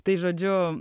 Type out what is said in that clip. tai žodžiu